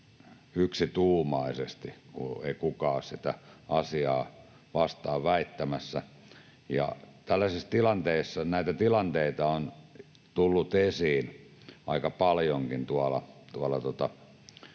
yksituumaisesti, kun ei kukaan ole sitä asiaa vastaan väittämässä. Näitä tilanteita on tullut esiin aika paljonkin tuolla